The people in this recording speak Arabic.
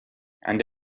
عند